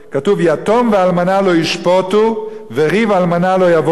"יתום ואלמנה לא ישפֹטו וריב אלמנה לא יבוא אליהם".